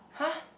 !huh!